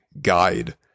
guide